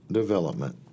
development